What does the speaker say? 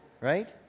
right